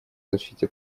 защите